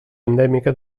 endèmica